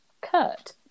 Kurt